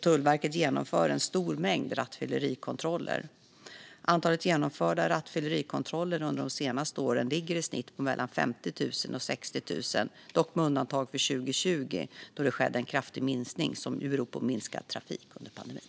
Tullverket genomför en stor mängd rattfyllerikontroller. Antalet genomförda rattfyllerikontroller under de senaste åren ligger i snitt på mellan 50 000 och 60 000, dock med undantag för 2020 då det skedde en kraftig minskning som berodde på en minskad trafik under pandemin.